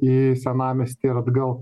į senamiestį ir atgal